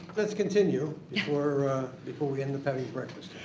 let's continue or before we end up having breakfast.